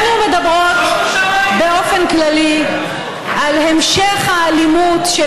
אנחנו מדברות באופן כללי על המשך האלימות של